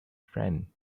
friend